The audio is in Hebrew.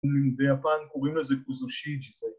‫ביפן קוראים לזה בוזושי ג'יסאי.